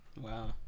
Wow